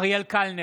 אריאל קלנר,